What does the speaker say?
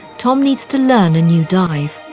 tom needs to learn a new dive.